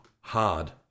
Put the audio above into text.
hard